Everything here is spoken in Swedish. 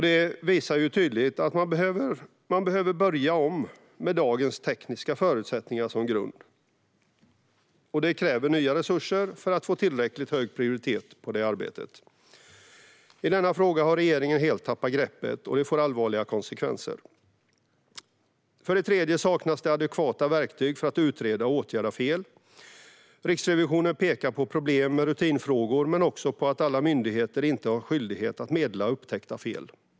Detta visar tydligt att man behöver börja om med dagens tekniska förutsättningar som grund. Det kräver nya resurser för att få tillräckligt hög prioritet i detta arbete. I denna fråga har regeringen helt tappat greppet, och det får allvarliga konsekvenser. För det tredje: Det saknas adekvata verktyg för att utreda och åtgärda fel. Riksrevisionen pekar på problem med rutinfrågor men pekar också på att alla myndigheter inte har skyldighet att meddela upptäckta fel.